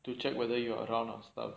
to check whether you're around or stuff